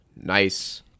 Nice